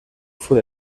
fue